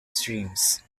streams